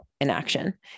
inaction